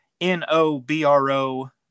n-o-b-r-o